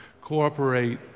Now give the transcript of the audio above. Cooperate